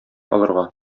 алырга